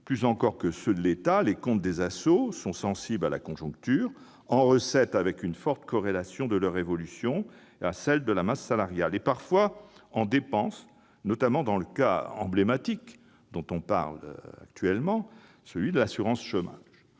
Plus encore que ceux de l'État, les comptes des ASSO sont sensibles à la conjoncture : en recettes, à cause d'une forte corrélation de leur évolution avec celle de la masse salariale, et parfois en dépenses, notamment dans le cas emblématique de l'assurance chômage.